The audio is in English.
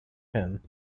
him